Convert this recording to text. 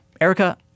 Erica